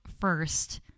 first